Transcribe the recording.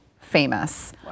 famous